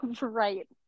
right